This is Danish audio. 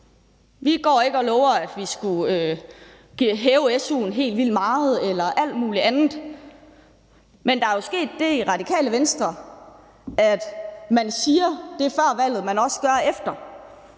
Vi går ikke og lover, at vi skulle hæve su'en helt vildt meget eller alt muligt andet. Men der er jo sket det i Radikale Venstre, at man før valget siger det, som man også gør efter.